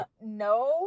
No